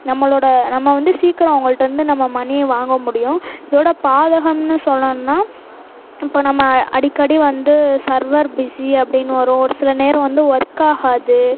நம்மளோடய நம்ம வந்து சீக்கரம் அவங்கள்ட்டருந்து நம்ம மணியை வாங்க முடியும் இதோடய பாதகம்னு சொல்லணும்னா இப்ப நம்ம அடிக்கடி வந்து சர்வர் பிஸி அப்படின்னு வரும் ஒரு சில நேரம் வந்து ஒர்க் ஆகாது